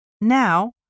Now